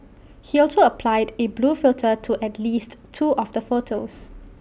he also applied A blue filter to at least two of the photos